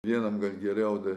vienam gal geriau dar